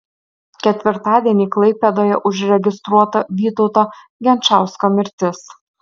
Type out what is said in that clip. ketvirtadienį klaipėdoje užregistruota vytauto genčausko mirtis